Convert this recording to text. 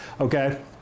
Okay